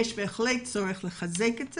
יש בהחלט צורך לחזק את זה,